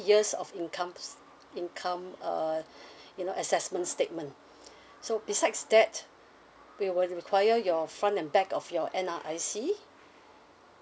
years of income s~ income uh you know assessment statement so besides that we will require your front and back of your N_R_I_C